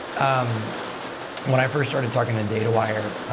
um when i first started talking in datawire,